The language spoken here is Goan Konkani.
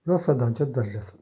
ह्यो सदांच्योच जाल्ल्यो आसात